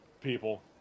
people